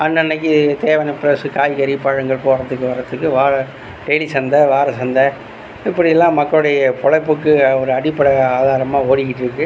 அன்னன்னைக்கி தேவையான ஃப்ரெஷ் காய்கறி பழங்கள் போகிறதுக்கு வரதுக்கு வார டெய்லி சந்தை வார சந்தை இப்படிலாம் மக்களுடைய படைப்புக்கு ஒரு அடிப்படை ஆதாரமாக ஓடிகிட்டுருக்கு